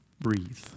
breathe